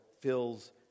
fills